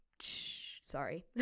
Sorry